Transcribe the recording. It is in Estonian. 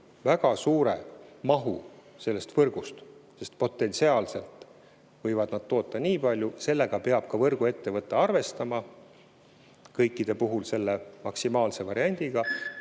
väga suure mahu sellest võrgust, sest potentsiaalselt võivad nad toota väga palju. Sellega peab ka võrguettevõte arvestama, kõikide puhul maksimaalse variandiga.